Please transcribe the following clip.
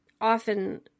often